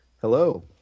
Hello